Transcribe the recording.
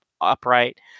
upright